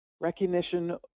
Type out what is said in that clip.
Recognition